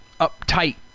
uptight